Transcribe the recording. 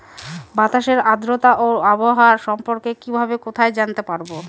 বাতাসের আর্দ্রতা ও আবহাওয়া সম্পর্কে কিভাবে কোথায় জানতে পারবো?